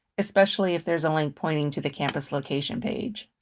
especially if there's a link pointing to the campus location page.